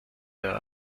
der